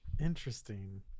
interesting